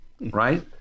Right